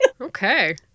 okay